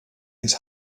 his